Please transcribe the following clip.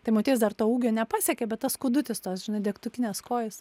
tai motiejus dar to ūgio nepasiekė bet tas kūdutis tos žinai degtukinės kojos